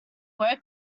woke